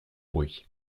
bruits